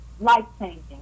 life-changing